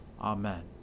Amen